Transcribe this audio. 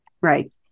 Right